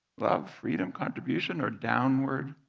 love, freedom, contribution, or downward,